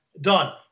done